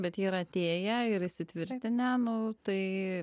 bet jie yra atėję ir įsitvirtinę nu tai